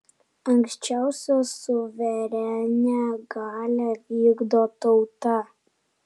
aukščiausią suverenią galią vykdo tauta